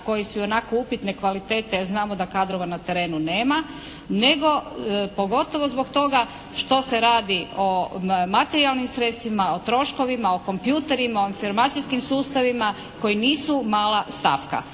koji su ionako upitne kvalitete jer znamo da kadrova na terenu nema nego pogotovo zbog toga što se radi o materijalnim sredstvima, o troškovima, o kompjuterima, o …/Govornik se ne razumije./… sustavima koji nisu mala stavka.